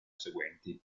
seguenti